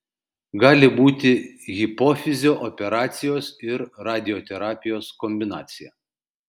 gali būti hipofizio operacijos ir radioterapijos kombinacija